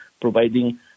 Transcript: providing